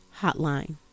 hotline